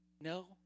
No